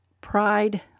pride